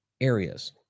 areas